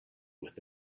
with